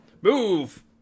Move